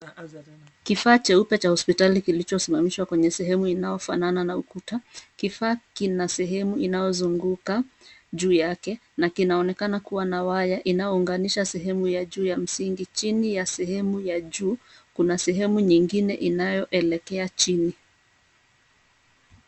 Kifaa cheupe cha hospitali kilicho simamishwa kwenye sehemu inayofanana na ukuta. Kifaa kina sehemu inayo zunguka juu yake, na kinaonekana kuwa na waya inayo unganisha sehemu ya juu ya msingi chini ya sehemu ya juu kuna sehemu nyingine inayo elekea chini.